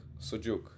Sujuk